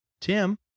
Tim